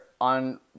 on